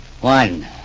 One